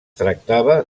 tractava